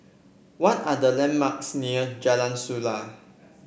what are the landmarks near Jalan Suasa